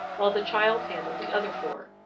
while the child handled the other four.